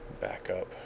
backup